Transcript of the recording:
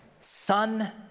son